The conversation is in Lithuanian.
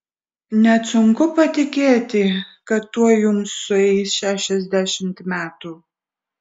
net sunku patikėti kad tuoj jums sueis šešiasdešimt metų